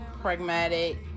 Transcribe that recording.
pragmatic